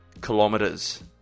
kilometers